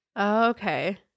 Okay